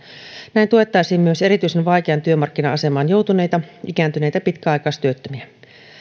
näin tuettaisiin myös erityisen vaikeaan työmarkkina asemaan joutuneita ikääntyneitä pitkäaikaistyöttömiä